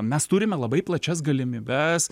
mes turime labai plačias galimybes